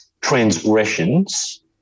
transgressions